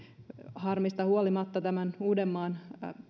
harmista huolimatta tämän uudenmaan